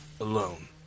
alone